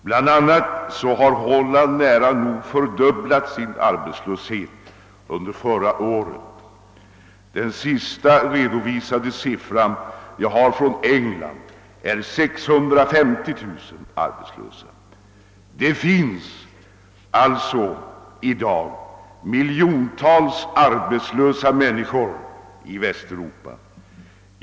Bland annat har antalet arbetslösa i Holland nära nog fördubblats under förra året. Den senast redovisade siffra jag har från England är 650 000 arbetslösa. Det finns alltså i dag miljontals arbetslösa människor i Västeuropa.